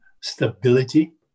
stability